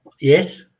Yes